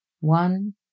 One